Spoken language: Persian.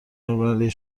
المللی